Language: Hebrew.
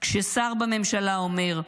כששר בממשלה אומר: